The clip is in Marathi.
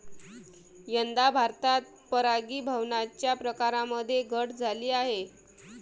यंदा भारतात परागीभवनाच्या प्रकारांमध्ये घट झाली आहे